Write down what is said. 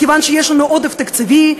כיוון שיש לנו עודף תקציבי.